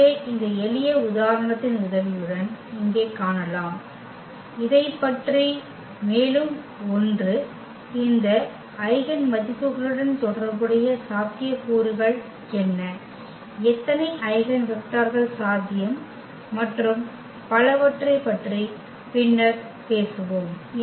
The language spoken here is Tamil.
எனவே இந்த எளிய உதாரணத்தின் உதவியுடன் இங்கே காணலாம் இதைப் பற்றி மேலும் 1 இந்த ஐகென் மதிப்புகளுடன் தொடர்புடைய சாத்தியக்கூறுகள் என்ன எத்தனை ஐகென் வெக்டர்கள் சாத்தியம் மற்றும் பலவற்றைப் பற்றி பின்னர் பேசுவோம்